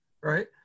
right